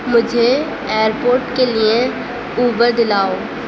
مجھے airport کے لیے اوبر دلاؤ